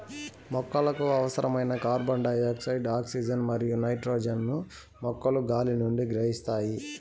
మొక్కలకు అవసరమైన carbon dioxide, oxygen మరియు నైట్రోజన్ ను మొక్కలు గాలి నుండి గ్రహిస్తాయి